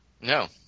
No